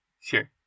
Sure